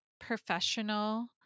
professional